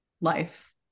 life